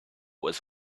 was